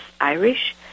Irish